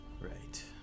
Right